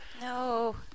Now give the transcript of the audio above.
No